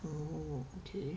oh okay